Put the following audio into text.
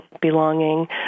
belonging